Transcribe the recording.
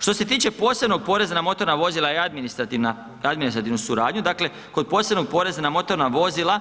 Što se tiče posebnog poreza na motorna vozila je administrativna, administrativnu suradnju, dakle kod posebnog poreza na motorna vozila